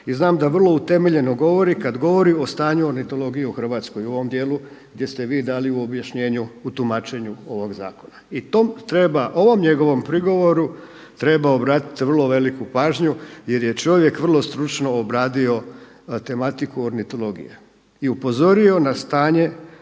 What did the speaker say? i znam da vrlo utemeljeno govori kada govori o stanju ornitologije u Hrvatskoj u ovom dijelu gdje ste vi dali u objašnjenju u tumačenju ovog zakona. I to treba, ovom njegovom prigovoru treba obratiti vrlo veliku pažnju jer je čovjek vrlo stručno obradio tematiku ornitologije. I upozorio na stanje